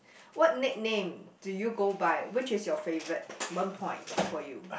what nickname do you go by which is your favourite one point for you